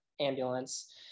ambulance